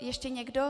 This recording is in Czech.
Ještě někdo?